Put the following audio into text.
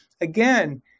again